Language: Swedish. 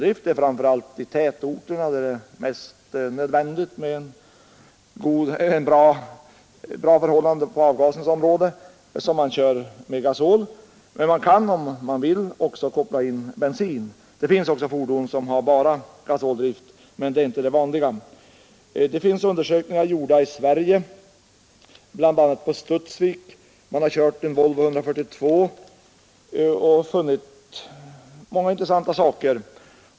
Det är framför allt i tätorterna, där det är nödvändigt med renare avgaser, som man kör på gasol. Det finns också fordon som har bara gasoldrift, men det är inte det vanliga. Undersökningar har också gjorts i Sverige, bl.a. i Studsvik. Där har man kört en Volvo 142 på gasol och funnit många intressanta saker.